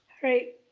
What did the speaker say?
right,